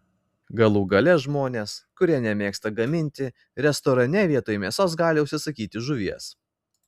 galų gale žmonės kurie nemėgsta gaminti restorane vietoj mėsos gali užsisakyti žuvies